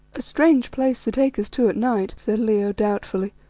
a strange place to take us to at night, said leo doubtfully,